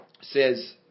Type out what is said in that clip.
says